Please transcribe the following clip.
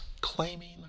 claiming